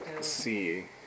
see